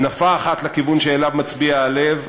הנפה אחת לכיוון שאליו מצביע הלב,